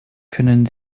können